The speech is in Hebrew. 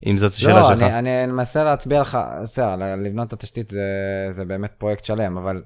אם זאת שאלה שלך אני אנסה להצביע לך לבנות את התשתית זה באמת פרויקט שלם אבל.